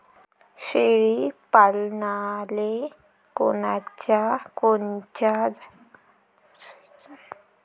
शेळी पालनाले कोनच्या जागेची निवड करावी?